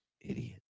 Idiot